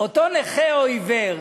אותו נכה או עיוור,